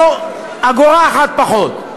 לא אגורה אחת פחות.